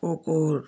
কুকুর